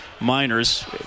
minors